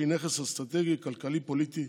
שהיא נכס אסטרטגי, כלכלי, פוליטי,